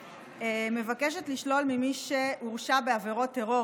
מבקשת לשלול ממי שהורשע בעבירת טרור,